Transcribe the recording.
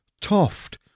Toft